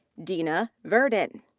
dina verdin.